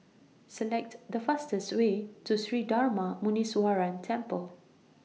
Select The fastest Way to Sri Darma Muneeswaran Temple